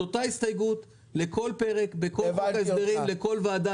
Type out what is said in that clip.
את אותה הסתייגות לכל פרק בכל חוק ההסדרים לכל ועדה אני אגיע.